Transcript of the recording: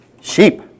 Sheep